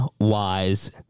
wise